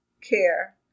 Care